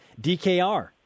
DKR